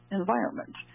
environment